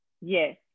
Yes